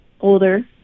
Older